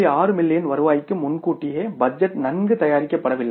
6 million வருவாய்க்கு முன்கூட்டியே budget நன்கு தயாரிக்கப்படவில்லை